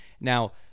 Now